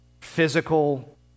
physical